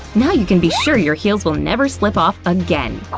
now you can be sure your heels will never slip off again!